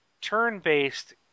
turn-based